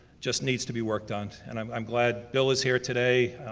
just needs to be worked on. and i'm i'm glad bill is here today.